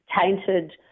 tainted